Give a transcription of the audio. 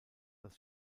als